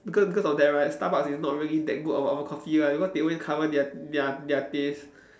because because of that right Starbucks is not really that good of of a coffee right because they only cover their their their taste